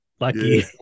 lucky